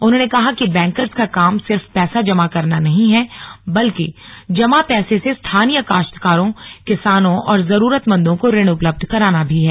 उन्होंने कहा कि बैंकर्स का काम सिर्फ पैसा जमा करना नहीं है बल्कि जमा पैसे से स्थानीय काश्तकारों किसानों और जरूरमन्दों को ऋण उपलब्ध कराना भी है